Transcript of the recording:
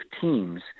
teams